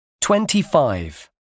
Twenty-five